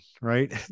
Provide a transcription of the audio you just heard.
Right